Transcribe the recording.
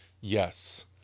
yes